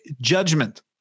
judgment